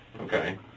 okay